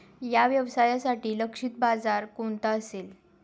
या व्यवसायासाठी लक्षित बाजार कोणता असेल?